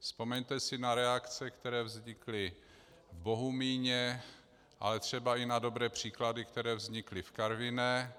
Vzpomeňte si na reakce, které vznikly v Bohumíně, ale třeba i na dobré příklady, které vznikly v Karviné.